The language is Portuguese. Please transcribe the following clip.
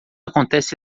acontece